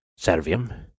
servium